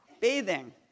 bathing